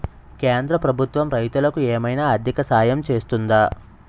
కేంద్ర ప్రభుత్వం రైతులకు ఏమైనా ఆర్థిక సాయం చేస్తుందా?